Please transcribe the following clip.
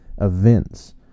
events